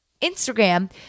Instagram